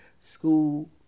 school